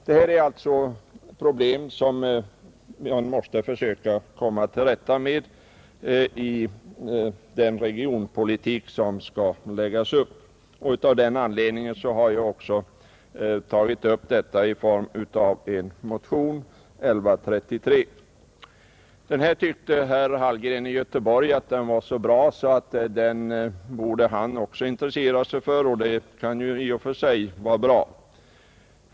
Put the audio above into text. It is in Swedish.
Det här är alltså problem som vi måste försöka komma till rätta med i den regionpolitik som skall utformas. Av den anledningen har jag också tagit upp detta i en motion, nr 1133. Herr Hallgren tyckte att den motionen var så bra att han också borde intressera sig för den, och det kan ju i och för sig vara värdefullt.